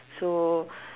so